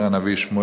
אומר הנביא שמואל.